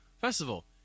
Festival